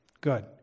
Good